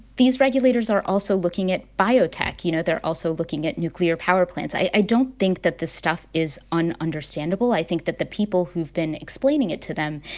these regulators are also looking at biotech. you know, they're also looking at nuclear power plants. i don't think that this stuff is un-understandable. i think that the people who've been explaining it to them,